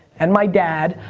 and my dad,